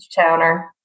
Towner